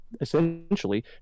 essentially